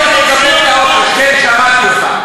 אתה שמעת אותו?